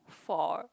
for